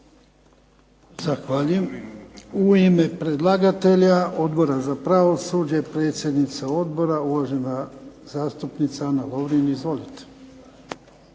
Zahvaljujem. U ime predlagatelja Odbora za pravosuđe, predsjednica odbora, uvažena zastupnica Ana Lovrin. Izvolite.